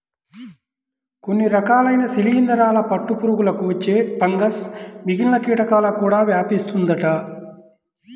కొన్ని రకాలైన శిలీందరాల పట్టు పురుగులకు వచ్చే ఫంగస్ మిగిలిన కీటకాలకు కూడా వ్యాపిస్తుందంట